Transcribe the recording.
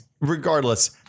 regardless